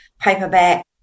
paperback